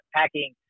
packing